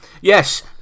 Yes